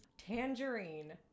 Tangerine